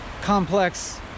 complex